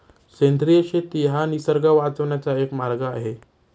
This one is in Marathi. सेंद्रिय शेती हा निसर्ग वाचवण्याचा एक मार्ग आहे